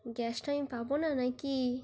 গ্যাসটা আমি পাব না না কি